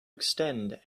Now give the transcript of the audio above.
extend